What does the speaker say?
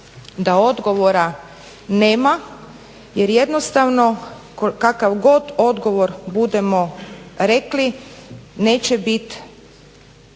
da odgovora nema, jer jednostavno kakav god odgovor budemo rekli neće bit